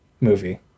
movie